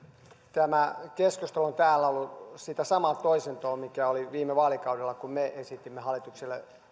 tämä keskustelu on täällä ollut sen saman toisintoa mitä oli viime vaalikaudella kun me esitimme hallitukselle